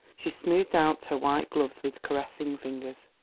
she smoothed out her white gloves with caressing fingers.